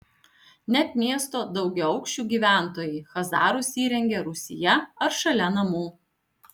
net miesto daugiaaukščių gyventojai chazarus įrengia rūsyje ar šalia namų